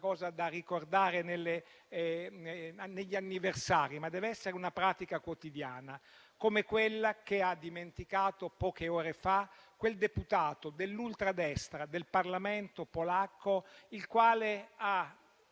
qualcosa da ricordare negli anniversari, ma dev'essere una pratica quotidiana. Pratica che ha dimenticato, poche ore fa, quel deputato dell'ultradestra del Parlamento polacco, il quale,